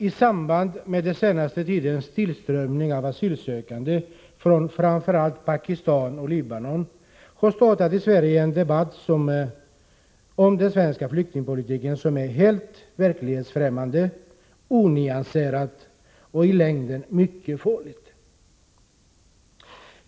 I samband med den senaste tidens tillströmning av asylsökande från framför allt Pakistan och Libanon har det i Sverige startats en debatt om den svenska flyktingpolitiken som är helt verklighetsfrämmande, onyanserad och i längden mycket farlig.